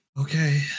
okay